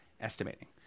estimating